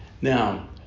Now